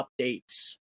updates